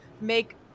make